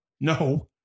No